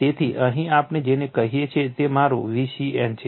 તેથી અહીં આપણે જેને કહીએ છીએ તે મારું Vcn છે